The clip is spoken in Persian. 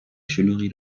شلوغی